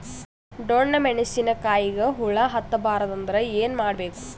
ಡೊಣ್ಣ ಮೆಣಸಿನ ಕಾಯಿಗ ಹುಳ ಹತ್ತ ಬಾರದು ಅಂದರ ಏನ ಮಾಡಬೇಕು?